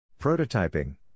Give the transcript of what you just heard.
Prototyping